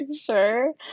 sure